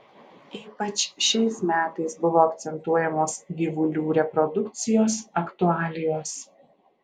ypač šiais metais buvo akcentuojamos gyvulių reprodukcijos aktualijos